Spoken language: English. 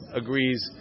agrees